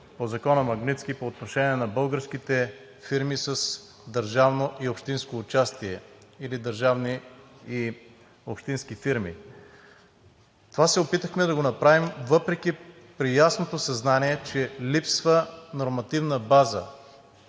по закона „Магнитски“ по отношение на българските фирми с държавно и общинско участие или държавни и общински фирми. Това се опитахме да направим, въпреки ясното съзнание, че липсва нормативна база